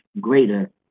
greater